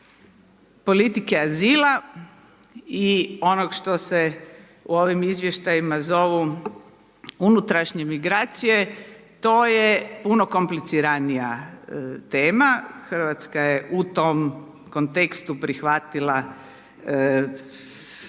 politike azila i onog što se u ovim izvještajima zovu unutrašnje migracije, to je puno kompliciranija tema, Hrvatska je u tom kontekstu prihvatila